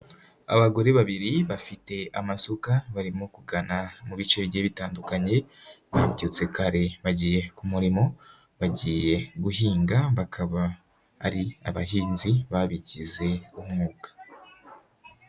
Abagore babiri bafite amasuka, barimo kugana mu bicege bitandukanye, babyutse kare bagiye ku murimo bagiye guhinga, bakaba ari abahinzi babigize umwuga.